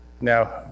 Now